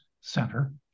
Center